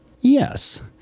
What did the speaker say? yes